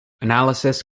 analysis